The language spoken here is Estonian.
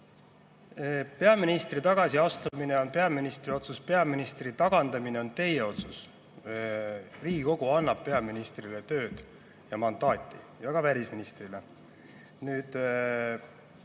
Peaministri tagasiastumine on peaministri otsus, peaministri tagandamine on teie otsus. Riigikogu annab peaministrile tööd ja mandaadi, ja ka välisministrile. Ma